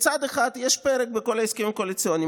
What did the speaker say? מצד אחד יש פרק בכל ההסכמים הקואליציוניים